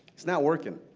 it's not working.